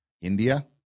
India